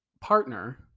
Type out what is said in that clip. partner